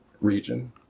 region